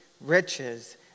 riches